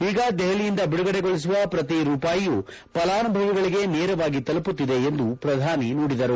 ಈಗ ದೆಹಲಿಯಿಂದ ಬಿದುಗಡೆಗೊಳಿಸುವ ಪ್ರತಿ ರೂಪಾಯಿಯು ಫಲಾನುಭವಿಗಳಿಗೆ ನೇರವಾಗಿ ತಲುಪುತ್ತಿದೆ ಎಂದು ಪ್ರಧಾನಿ ಹೇಳಿದರು